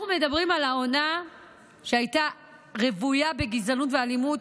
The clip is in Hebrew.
אנחנו מדברים על העונה שהייתה רוויה בגזענות ואלימות,